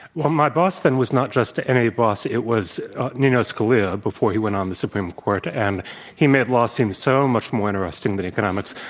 well, my boss then was not just any boss. it was nino scalia before he went on the supreme court. and he made law seem so much more interesting than economists economics,